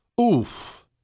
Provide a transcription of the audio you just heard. oof